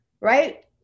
right